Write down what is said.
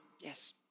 Yes